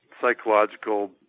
psychological